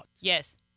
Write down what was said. Yes